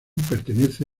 pertenece